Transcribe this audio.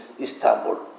Istanbul